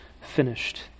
finished